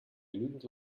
genügend